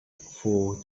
for